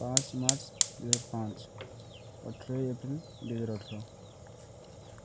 ପାଞ୍ଚ ମାର୍ଚ୍ଚ ଦୁଇ ହଜାର ପାଞ୍ଚ ଅଠର ଏପ୍ରିଲ ଦୁଇ ହଜାର ଅଠର